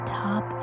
top